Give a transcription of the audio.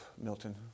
Milton